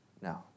no